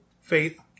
faith